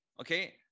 okay